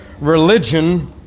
religion